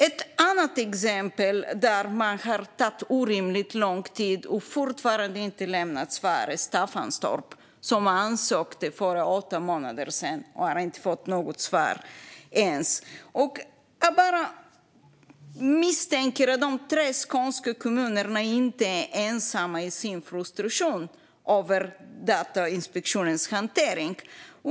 Ett annat exempel där man har tagit orimligt lång tid på sig och där man fortfarande inte har lämnat svar gäller Staffanstorp. De ansökte för åtta månader sedan och har ännu inte fått något svar. Jag misstänker att de tre skånska kommunerna inte är ensamma i sin frustration över Datainspektionens hantering.